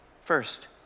first